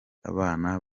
abana